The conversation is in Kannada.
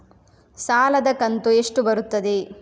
ಸಾಲದ ಕಂತು ಎಷ್ಟು ಬರುತ್ತದೆ?